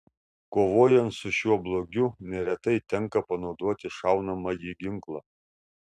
kovojant su šiuo blogiu neretai tenka panaudoti šaunamąjį ginklą